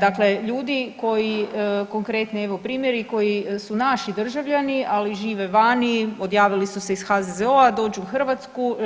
Dakle, ljudi koji konkretni evo primjeri koji su naši državljani, ali žive vani odjavili su se iz HZZO-a dođu u Hrvatsku,